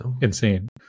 insane